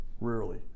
rarely